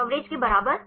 coverage के बराबर